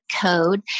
code